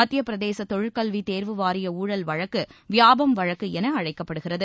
மத்திய பிரதேச தொழிற்கல்வி தேர்வு வாரிய ஊழல் வழக்கு வியாபம் வழக்கு என அழைக்கப்படுகிறது